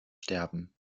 sterben